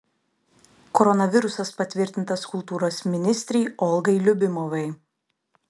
koronavirusas patvirtintas kultūros ministrei olgai liubimovai